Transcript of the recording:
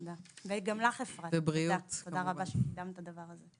תודה, וגם לך אפרת, תודה רבה שקידמת את הדבר הזה.